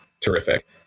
terrific